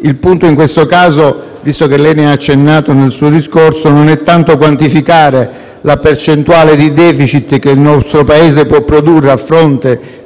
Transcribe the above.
il punto in questo caso, visto che lei vi ha accennato nel suo discorso, non è tanto quantificare la percentuale di *deficit* che il nostro Paese può produrre, a fronte